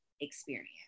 experience